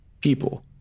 people